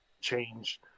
change